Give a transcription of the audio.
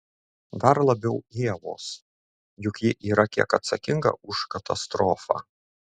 dar labiau ievos juk ji yra kiek atsakinga už katastrofą